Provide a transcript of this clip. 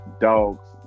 dogs